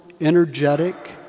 energetic